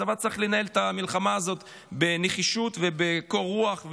הצבא צריך לנהל את המלחמה הזאת בנחישות ובקור רוח,